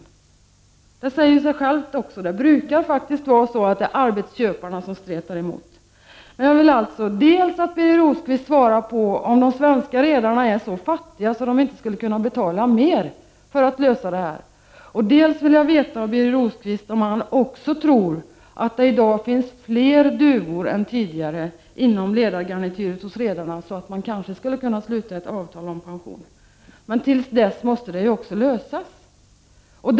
Och det säger sig självt; det i rukar faktiskt vara så att det är arbetsköparna som stretar emot. Tag vill alltså att Birger Rosqvist svarar på frågan, om de svenska redarna är så fattiga att de inte skulle kunna betala mer för att lösa den här frågan. De-sutom vill jag veta om Birger Rosqvist också tror att det i dag finns fler duvor än tidigare inom ledargarnityret hos redarna, så att man kanske skulle kunna sluta ett avtal om pension. Men till dess måste det ju också bli en lösning.